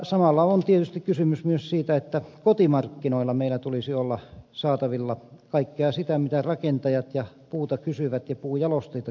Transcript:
samalla on tietysti kysymys myös siitä että kotimarkkinoilla meillä tulisi olla saatavilla kaikkea sitä mitä rakentajat puuta kysyvät ja puujalosteita kysyvät tarvitsevat